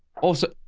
awesome